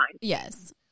yes